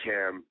Cam